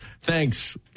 thanks